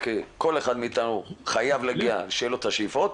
כל אחד מאתנו חייב להגיע שיהיו לו את השאיפות,